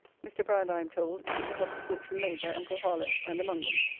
mr. brand, i am told, is to have his fortune made by uncle harlowe and among them.